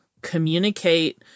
communicate